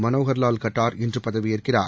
மனோகர் லால் கட்டார் இன்று பதவியேற்கிறார்